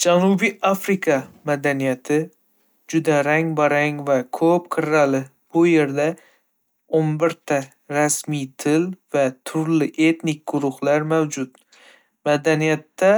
Janubiy Afrika madaniyati juda rang-barang va ko'p qirrali, bu erda o'n bir ta rasmiy til va turli etnik guruhlar mavjud. Madaniyatda